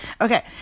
Okay